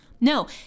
no